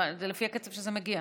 זה לפי הקצב שזה מגיע.